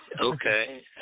Okay